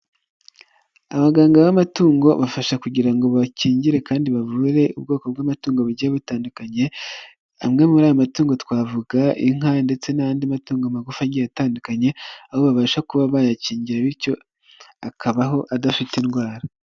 Abaganga b'amatungo bafasha kugira ngo bakingire kandi bavure ubwoko bw'amatungo bagiye butandukanye, amwe muri ayo matungo twavuga, inka ndetse n'andi matungo magufi agiye atandukanye, aho babasha kuba bayakingira bityo akabaho adafite indwara.